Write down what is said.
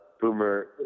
boomer